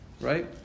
right